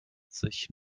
sich